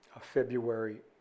February